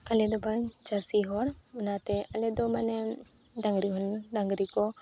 ᱟᱞᱮ ᱫᱚ ᱵᱟᱝ ᱪᱟᱹᱥᱤ ᱦᱚᱲ ᱚᱱᱟᱛᱮ ᱟᱞᱮ ᱫᱚ ᱢᱟᱱᱮ ᱰᱟᱝᱨᱤ ᱦᱚᱸ ᱰᱟᱝᱨᱤ ᱠᱚ